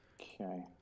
Okay